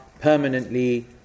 permanently